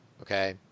Okay